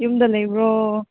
ꯌꯨꯝꯗ ꯂꯩꯕ꯭ꯔꯣ